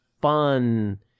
fun